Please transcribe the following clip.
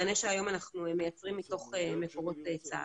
מענה שאנחנו היום מייצרים מתוך מקורות צה"ל.